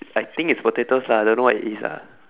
I think it's potatoes lah don't know what it is lah